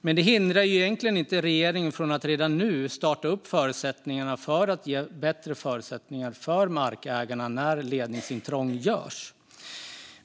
Men det hindrar ju egentligen inte regeringen från att redan nu starta upp arbetet för att ge bättre förutsättningar för markägarna när ledningsintrång görs.